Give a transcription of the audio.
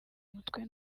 mutwe